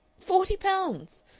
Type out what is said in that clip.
forty pounds!